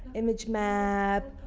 image maps,